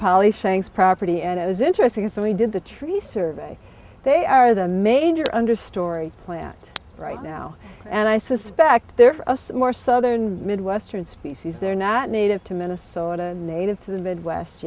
polly shanks property and it was interesting so we did the tree survey they are the major understorey plant now and i suspect they're for us more southern midwestern species they're not native to minnesota native to the midwest